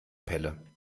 pelle